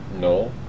No